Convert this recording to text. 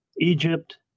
Egypt